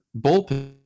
bullpen